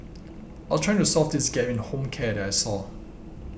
I was trying to solve this gap in a home care that I saw